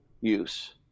use